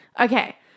Okay